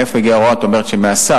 מאיפה הגיעה ההוראה, את אומרת שמהשר.